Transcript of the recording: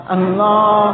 Allah